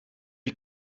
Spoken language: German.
die